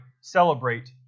celebrate